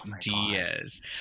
Diaz